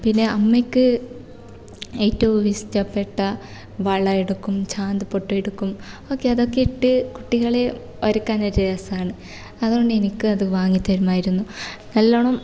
പിന്നെ അമ്മയ്ക്ക് ഏറ്റവും ഇഷ്ടപ്പെട്ട വള എടുക്കും ചാന്തുപൊട്ട് എടുക്കും അതൊക്കെ ഇട്ട് കുട്ടികളെ ഒരുക്കാൻ ഒരു രസമാണ് അതുകൊണ്ട് എനിക്കും അത് വാങ്ങി തരുമായിരുന്നു നല്ല വണ്ണം